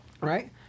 Right